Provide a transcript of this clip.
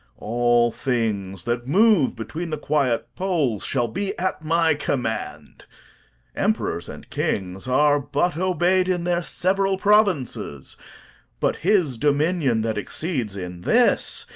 all things that move between the quiet poles shall be at my command emperors and kings are but obeyed in their several provinces but his dominion that exceeds in this,